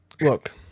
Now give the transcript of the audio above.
Look